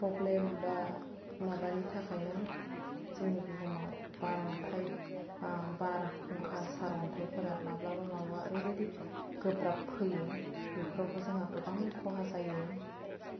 problem बा माबानि थाखायनो जोंनि बुहुमाव बार अन्थाइ बारहुंखा सारन्थाइफोरा माब्लाबा माब्लाबा ओरैबायदि गोब्राब फैयो बेफोरावबो जोंहा गोबां खहा जायो